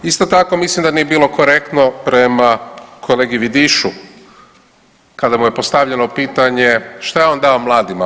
Isto tako mislim da nije bilo korektno prema kolegi Vidišu kada mu je postavljeno pitanje šta je on dao mladima.